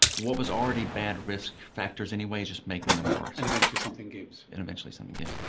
what was already bad risk factors anyway is just making them worse. and eventually something gives. and eventually something gives.